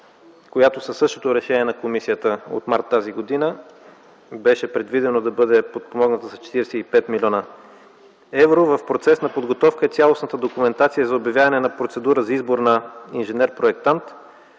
която със същото решение на комисията от март т.г. беше предвидена да бъде подпомогната с 45 млн. евро – в процес на подготовка е цялостната документация за обявяване на процедура за обявяване на избор на инженер- проектант,